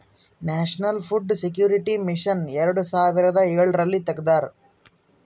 national food security mission ಎರಡು ಸಾವಿರದ ಎಳರಲ್ಲಿ ತೆಗ್ದಾರ